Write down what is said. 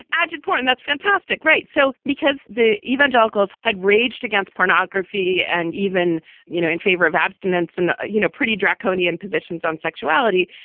agit point. and that's fantastic, right? so because the evangelicals had raged against pornography and even you know in favor of abstinence and, ah you know, pretty draconian positions on sexuality,